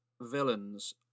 villains